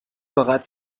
bereits